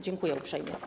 Dziękuję uprzejmie.